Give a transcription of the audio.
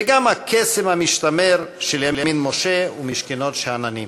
וגם הקסם המשתמר של ימין-משה ומשכנות-שאננים.